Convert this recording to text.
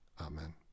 Amen